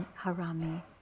harami